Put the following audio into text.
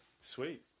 sweet